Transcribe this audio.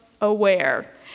Aware